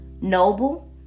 noble